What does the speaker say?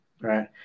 right